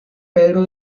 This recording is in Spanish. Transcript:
pedro